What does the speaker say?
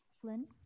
Flynn